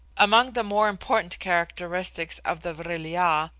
among the more important characteristics of the vril-ya,